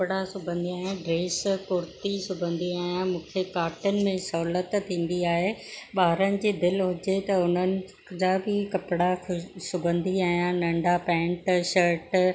कपिड़ा सिबंदी आहियां ड्रेस कुर्ती सिबंदी आहियां मूंखे कॉटन में सहूलियतु थींदी आहे ॿारनि जी दिलि हुजे त उन्हनि जा बि कपिड़ा सिबंदी आहियां नंढा पेंट शर्ट